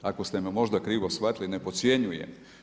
Ako ste me možda krivo shvatili, ne podcjenjujem.